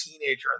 teenager